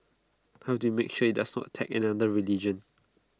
how do you make sure IT does not attack another religion